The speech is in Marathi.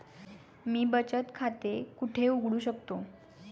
मी बचत खाते कुठे उघडू शकतो?